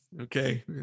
Okay